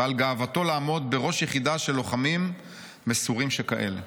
ועל גאוותו לעמוד 'בראש יחידה של לוחמים מסורים שכאלה'.